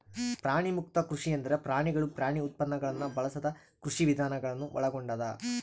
ಪ್ರಾಣಿಮುಕ್ತ ಕೃಷಿ ಎಂದರೆ ಪ್ರಾಣಿಗಳು ಪ್ರಾಣಿ ಉತ್ಪನ್ನಗುಳ್ನ ಬಳಸದ ಕೃಷಿವಿಧಾನ ಗಳನ್ನು ಒಳಗೊಂಡದ